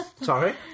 Sorry